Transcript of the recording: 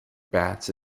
bats